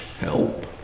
help